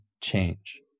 change